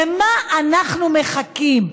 למה אנחנו מחכים?